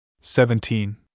seventeen